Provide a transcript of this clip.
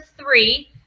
three